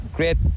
Great